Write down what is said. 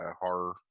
horror